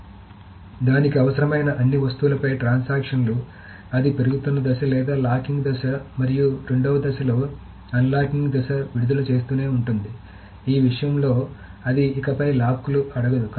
కాబట్టి దానికి అవసరమైన అన్ని వస్తువులపై ట్రాన్సాక్షన్ లు అది పెరుగుతున్న దశ లేదా లాకింగ్ దశ మరియు రెండవ దశలో అన్లాకింగ్ దశవిడుదల చేస్తూనే ఉంటుంది ఈ విషయంలో అది ఇకపై లాక్ లు అడగదు